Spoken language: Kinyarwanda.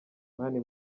mani